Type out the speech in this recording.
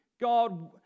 God